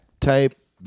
type